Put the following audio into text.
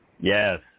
yes